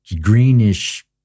greenish